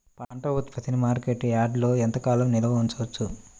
పంట ఉత్పత్తిని మార్కెట్ యార్డ్లలో ఎంతకాలం నిల్వ ఉంచవచ్చు?